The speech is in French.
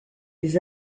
des